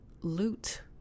loot